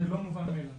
זה לא מובן מאליו.